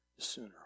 sooner